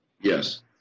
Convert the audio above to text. Yes